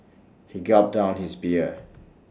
he gulped down his beer